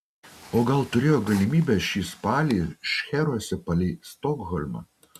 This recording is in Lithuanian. o gal turėjo galimybę šį spalį šcheruose palei stokholmą